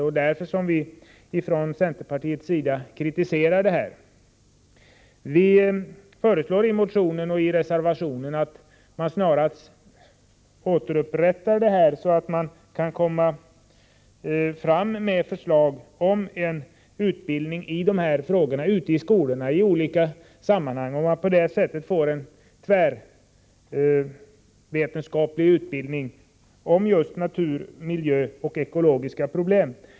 Det är av den anledningen som vi från centerpartiets sida framför kritik på den här punkten. Både i motionen och i reservationen föreslår vi att man snarast återupptar det här arbetet, så att förslag kan läggas fram om utbildning i dessa ämnen. Det gäller att få i gång sådan utbildning ute i skolorna och även i andra sammanhang. På det sättet får man en tvärvetenskaplig utbildning när det gäller såväl naturoch miljöproblem som ekologiska problem.